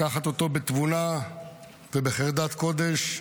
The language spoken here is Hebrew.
לקחת אותו בתבונה ובחרדת קודש,